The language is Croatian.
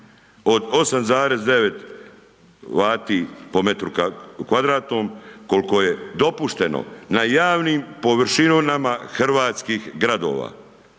od 8,9 vati po metru kvadratnom, koliko je dopušteno na javnim površinama hrvatskih gradova.